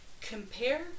compare